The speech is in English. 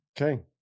Okay